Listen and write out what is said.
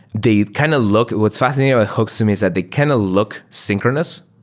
they kind of look what's fascinating about hooks to me is that they can look synchronous.